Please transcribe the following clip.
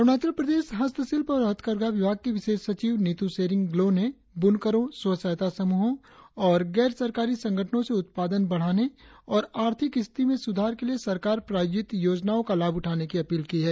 अरुणाचल प्रदेश हस्तशिल्प और हथकरघा विभाग की विशेष सचिव नीतू सेरिंग ग्लो ने बुनकरों स्व सहायता समूहों और गैर सरकारी संगठनों से उत्पादन बढ़ाने और आर्थिक स्थिति में सुधार के लिए सरकार प्रायोजित योजनाओं का लाभ उठाने की अपील की है